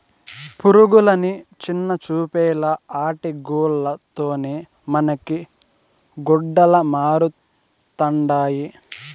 పురుగులని చిన్నచూపేలా ఆటి గూల్ల తోనే మనకి గుడ్డలమరుతండాయి